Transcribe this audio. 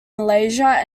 malaysia